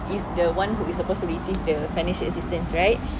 is the one who is supposed to receive the financial assistance right